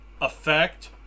effect